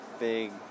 big